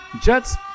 Jets